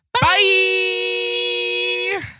Bye